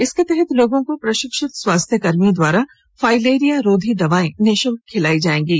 इसके तहत लोगों को प्रशिक्षित स्वास्थ्यकर्मियों द्वारा फाइलेरिया रोधी दवाएं निःशुल्क खिलाई जाएंगी